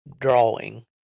drawing